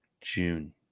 June